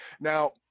Now